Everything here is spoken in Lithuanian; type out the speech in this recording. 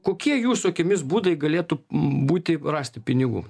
kokie jūsų akimis būdai galėtų būti rasti pinigų